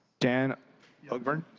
dan ogburn.